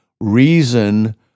reason